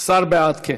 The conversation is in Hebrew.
השר בעד, כן.